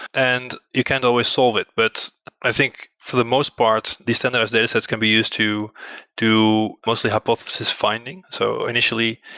and you can't always solve it, but i think for the most part, these centralized data sets can be used to to mostly hypothesis finding. so initially,